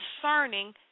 Concerning